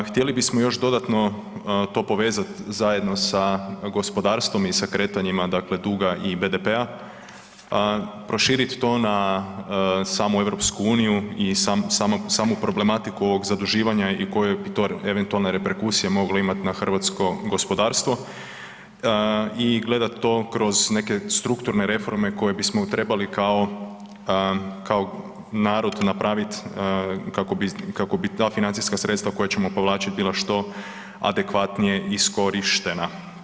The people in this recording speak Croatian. Htjeli bismo još dodatno to povezati zajedno sa gospodarstvom i sa kretanjima, dakle duga i BDP-a, prošiti to na samu EU i samu problematiku ovog zaduživanja i koje bi to eventualne reperkusije moglo imati na hrvatsko gospodarstvo i gledati to kroz neke strukturne reforme koje bismo trebali kao narod napraviti kako bi ta financijska sredstva koja ćemo povlačiti bila što adekvatnije iskorištena.